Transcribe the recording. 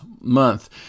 month